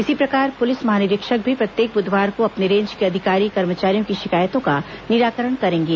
इसी प्रकार पुलिस महानिरीक्षक भी प्रत्येक बुधवार को अपने रेंज के अधिकारी कर्मचारियों की शिकायतों का निराकरण करेंगे